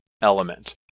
element